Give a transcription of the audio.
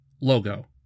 logo